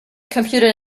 computed